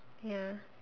ya